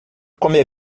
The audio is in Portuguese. comer